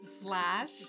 slash